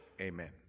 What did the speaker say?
Amen